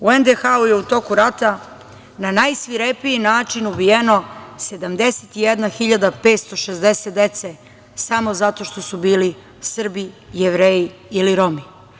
U NDH je u toku rata na najsvirepiji način ubijeno 71.560 dece samo zato što su bili Srbi, Jevreji ili Romi.